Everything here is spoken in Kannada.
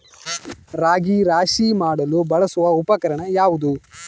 ರಾಗಿ ರಾಶಿ ಮಾಡಲು ಬಳಸುವ ಉಪಕರಣ ಯಾವುದು?